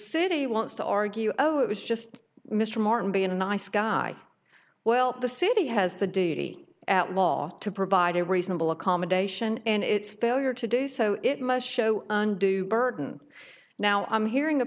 city wants to argue oh it was just mr martin being a nice guy well the city has the duty at wall to provide a reasonable accommodation and its failure to do so it must show undue burden now i'm hearing the